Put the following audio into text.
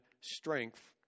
strength